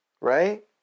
right